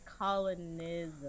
colonism